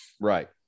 Right